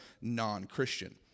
non-Christian